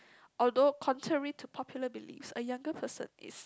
although countering to popular beliefs a younger person is